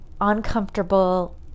uncomfortable